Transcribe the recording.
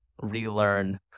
relearn